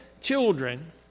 children